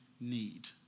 need